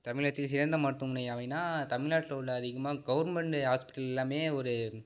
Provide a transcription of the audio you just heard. தமிழகத்தில் சிறந்த மருத்துவமனை யாவைன்னால் தமிழ்நாட்டில் உள்ள அதிகமாக கவுர்மெண்டு ஆஸ்பிட்டல்லாமே ஒரு